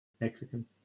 Mexican